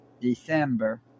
December